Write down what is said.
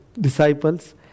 disciples